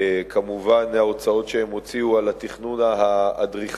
וכמובן ההוצאות שהם הוציאו על התכנון האדריכלי.